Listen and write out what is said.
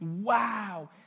Wow